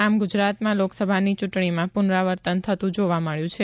આમ ગુજરાતમાં લોકસભાની ચૂંટણીમાં પુનરાવર્તન થતું જોવા મળ્યું છે